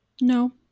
no